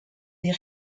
des